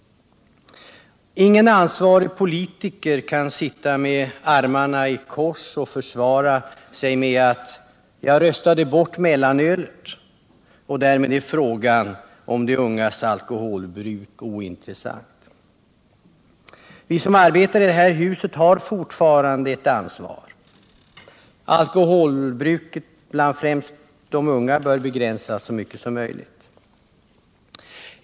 Ingen ansvarig politiker kan sitta med armarna i kors och försvara sig med att han eller hon var med om att rösta bort mellanölet och att frågan om de ungas alkoholbruk därmed är ointressant. Vi som arbetar i det här huset har fortfarande ett ansvar. Alkoholbruket bland främst de unga bör begränsas så mycket som möjligt.